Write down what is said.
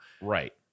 Right